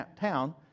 town